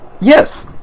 Yes